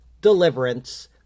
deliverance